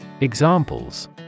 Examples